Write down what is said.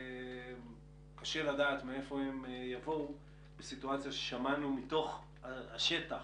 קשה לדעת מאיפה הם יבואו בסיטואציה ששמענו מתוך השטח.